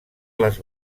les